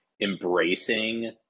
embracing